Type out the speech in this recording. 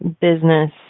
business